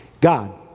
God